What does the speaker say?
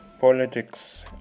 politics